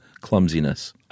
clumsiness